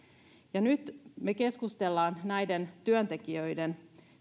nyt me keskustelemme näiden työntekijöiden